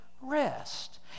rest